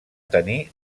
tenir